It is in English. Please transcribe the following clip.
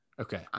Okay